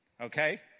Okay